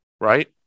right